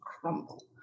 crumble